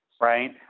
Right